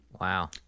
Wow